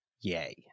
yay